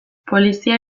polizia